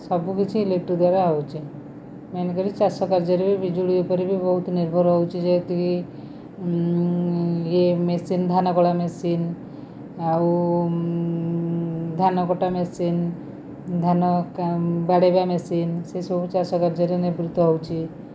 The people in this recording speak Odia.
ସବୁକିଛି ଇଲେକ୍ଟ୍ରିକ୍ ଦ୍ଵାରା ହେଉଛି ମେନ୍ କରି ଚାଷ କାର୍ଯ୍ୟରେ ବି ବିଜୁଳି ଉପରେ ବି ବହୁତ ନିର୍ଭର ହଉଛି ଯେହେତୁ କି ଇଏ ମେସିନ୍ ଧାନ ଗୋଳା ମେସିନ୍ ଆଉ ଧାନକଟା ମେସିନ୍ ଧାନ ବାଡ଼େଇବା ମେସିନ୍ ସେଇ ସବୁ ଚାଷ କାର୍ଯ୍ୟରେ ନିବୃତ ହେଉଛି